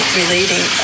relating